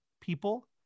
people